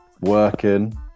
working